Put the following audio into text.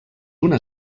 una